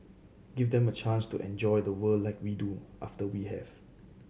give them a chance to enjoy the world like we do after we have